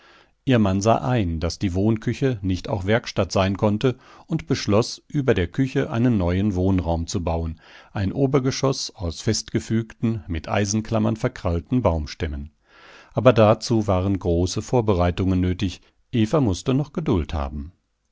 ihr mann sah ein daß die wohnküche nicht auch werkstatt sein konnte und beschloß über der küche einen neuen wohnraum zu bauen ein obergeschoß aus festgefügten mit eisenklammern verkrallten baumstämmen aber dazu waren große vorbereitungen nötig eva mußte noch geduld haben